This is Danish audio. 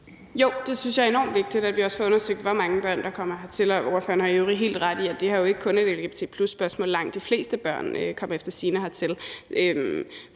Jo, jeg synes, det er enormt vigtigt, at vi også får undersøgt, hvor mange børn der kommer hertil. Og ordføreren har jo i øvrigt helt ret i, at det her ikke kun er et lgbt+-spørgsmål. Langt de fleste børn kommer efter sigende hertil,